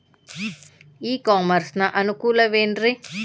E commerce ನ ಅನುಕೂಲವೇನ್ರೇ?